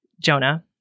Jonah